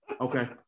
Okay